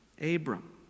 Abram